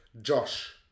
Josh